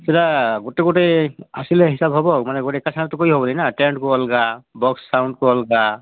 ସେଇଟା ଗୋଟେ ଗୋଟେ ଆସିଲେ ହିସାବ ହେବ ମାନେ ଗୋଟେ ଏକା ସାଙ୍ଗରେ କରି ହେବନି ନା ଟେଣ୍ଟ୍ କୁ ଅଲଗା ବକ୍ସ ସାଉଣ୍ଡକୁ ଅଲଗା